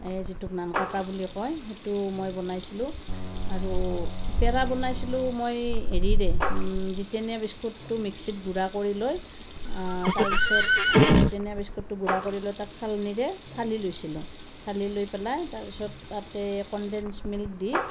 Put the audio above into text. এ যিটোক নানকাটা বুলি কয় সেইটো মই বনাইছিলোঁ আৰু পেৰা বনাইছিলোঁ মই হেৰিৰে ব্ৰিটানিয়া বিস্কুটটো মিক্সিত গুড়া কৰি লৈ তাৰপিছত ব্ৰিটানিয়া বিস্কুটটো গুড়া কৰি লৈ তাক চালনীৰে চালি লৈছিলোঁ চালি লৈ পেলাই তাৰপিছত তাতে কনডেঞ্চ মিক্ল দি